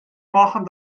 machen